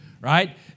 Right